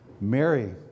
Mary